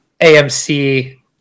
AMC